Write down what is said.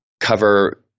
cover